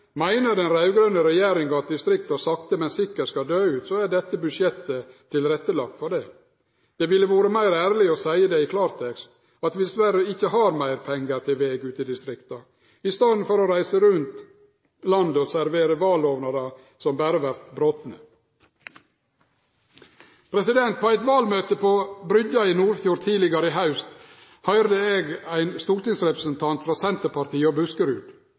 Meiner den raud-grøne regjeringa at distrikta sakte, men sikkert skal døy ut, er dette budsjettet tilrettelagt for det? Det ville vore meir ærleg å seie det i klartekst, at vi dessverre ikkje har meir pengar til veg ute i distrikta, i staden for å reise rundt i landet og servere vallovnader som berre vert brotne. På eit valmøte på Bryggja i Nordfjord tidlegare i haust høyrde eg ein stortingsrepresentant frå Senterpartiet i Buskerud som på møtet sa klart og